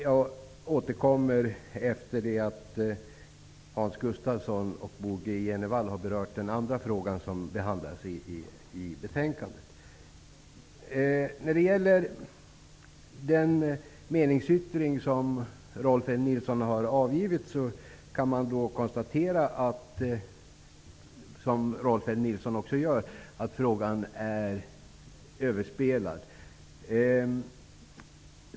Jag återkommer efter det att Hans Gustafsson och Bo G Jenevall har berört den andra fråga som behandlas i betänkandet. Vad gäller den meningsyttring som Rolf L Nilson har avgivit kan konstateras, vilket Rolf L Nilson själv också gör, att frågan är överspelad.